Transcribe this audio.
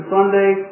Sunday